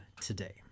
today